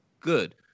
Good